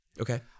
Okay